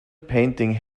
painting